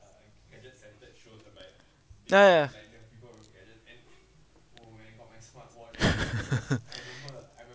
ya ya